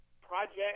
project